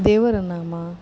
ದೇವರ ನಾಮ